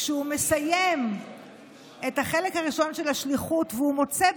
כשהוא מסיים את החלק הראשון של השליחות והוא מוצא,